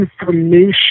information